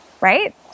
right